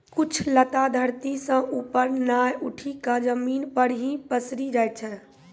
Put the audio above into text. कुछ लता धरती सं ऊपर नाय उठी क जमीन पर हीं पसरी जाय छै